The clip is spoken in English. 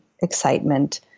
excitement